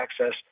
access